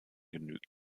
genügt